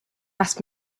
ask